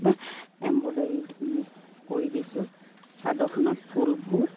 embroidery ধুনীয়া কৰি দিছোঁ চাদৰখনত ফুলবোৰ